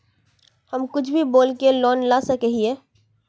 हम कुछ भी बोल के लोन ला सके हिये?